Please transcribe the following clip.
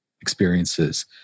experiences